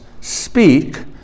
speak